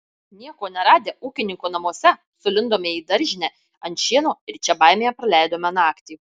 nieko neradę ūkininko namuose sulindome į daržinę ant šieno ir čia baimėje praleidome naktį